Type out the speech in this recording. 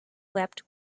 wept